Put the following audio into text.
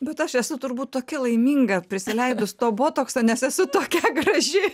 bet aš esu turbūt tokia laiminga prisileidus to botokso nes esu tokia graži